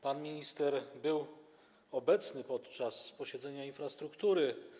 Pan minister był obecny podczas posiedzenia Komisji Infrastruktury.